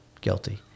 guilty